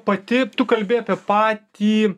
pati tu kalbi apie patį